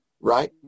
right